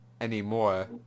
anymore